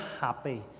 happy